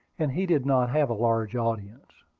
and he did not have a large audience.